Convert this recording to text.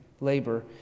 labor